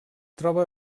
troba